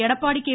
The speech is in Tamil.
எடப்பாடி கே